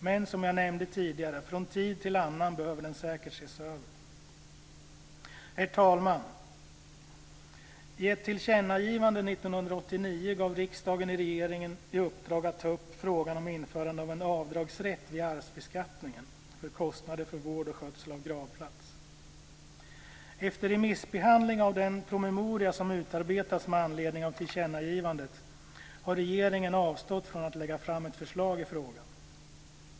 Men, som jag nämnde tidigare, från tid till annan behöver den säkert ses över. Herr talman! I ett tillkännagivande 1989 gav riksdagen regeringen i uppdrag att ta upp frågan om införande av en avdragsrätt vid arvbeskattningen för kostnader för vård och skötsel av gravplats. Efter remissbehandling av den promemoria som utarbetats med anledning av tillkännagivandet har regeringen avstått från att lägga fram ett förslag i frågan.